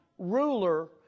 Ruler